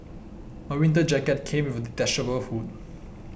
my winter jacket came with a detachable hood